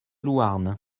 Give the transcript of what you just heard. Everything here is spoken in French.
louarn